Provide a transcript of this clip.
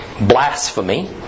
blasphemy